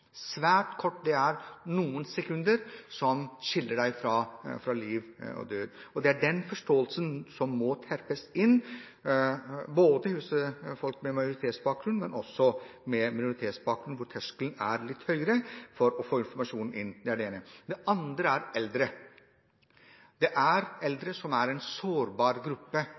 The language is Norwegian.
det er noen sekunder som skiller deg fra liv eller død. Det er den forståelsen som må terpes inn både hos folk med majoritetsbakgrunn, og også hos folk med minoritetsbakgrunn, hvor terskelen er litt høyere for å få informasjon inn. Så til de eldre. De eldre er